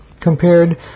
compared